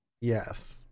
Yes